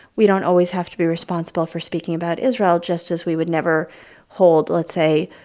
we don't always have to be responsible for speaking about israel just as we would never hold, let's say,